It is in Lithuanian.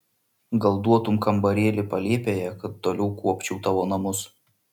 gal duotum kambarėlį palėpėje kad toliau kuopčiau tavo namus